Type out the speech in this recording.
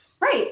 Right